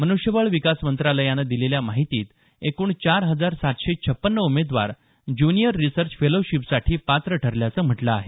मनुष्यबळ विकास मंत्रालयानं दिलेल्या माहितीत एकूण चार हजार सातशे छपन्न उमेदवार ज्युनिअर रिसर्च फेलोशिपसाठी पात्र ठरल्याचं म्हटलं आहे